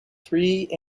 three